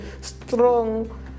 strong